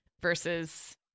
versus